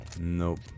Nope